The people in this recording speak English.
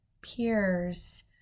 peers